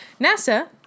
NASA